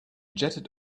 jetted